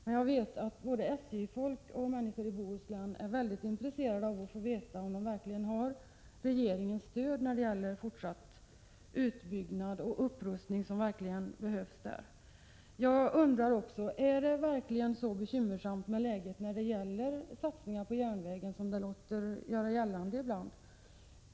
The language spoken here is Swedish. Men jag vet att både SJ-folk och människor i Bohuslän är väldigt intresserade av att få veta om de verkligen har regeringens stöd för fortsatt utbyggnad och upprustning, som verkligen behövs där. Jag undrar också om läget verkligen är så bekymmersamt när det gäller satsningar på järnvägen som ibland görs gällande.